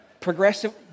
progressive